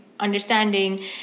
understanding